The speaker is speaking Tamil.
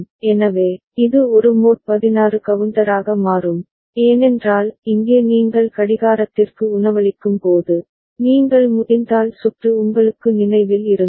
எனவே இது ஒரு மோட் 16 கவுண்டராக மாறும் ஏனென்றால் இங்கே நீங்கள் கடிகாரத்திற்கு உணவளிக்கும் போது நீங்கள் முடிந்தால் சுற்று உங்களுக்கு நினைவில் இருந்தால்